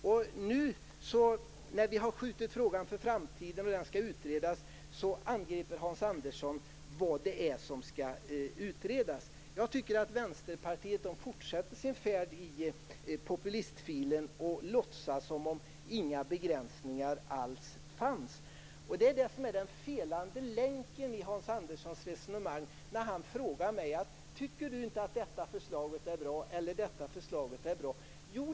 När vi nu har skjutit frågan på framtiden och den skall utredas undrar Hans Andersson vad det är som skall utredas. Vänsterpartiet fortsätter sin färd i populistfilen och låtsas som om det inte alls fanns några begränsningar. Det är den felande länken i Hans Anderssons resonemang. Han frågar mig om jag inte tycker att det eller det förslaget är bra.